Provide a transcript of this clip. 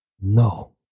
No